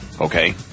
Okay